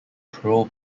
pro